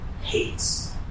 hates